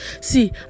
see